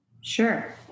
Sure